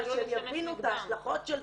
אבל שהן יבינו את ההשלכות של זה.